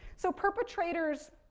so, perpetrators,